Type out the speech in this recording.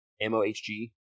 M-O-H-G